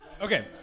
Okay